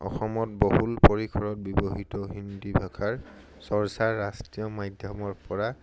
অসমত বহুল পৰিসৰত ব্যৱহৃত হিন্দী ভাষাৰ চৰ্চা ৰাষ্ট্ৰীয় মাধ্যমৰ পৰা